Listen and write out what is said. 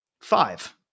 Five